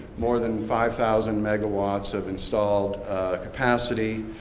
more than five thousand megawatts of installed capacity,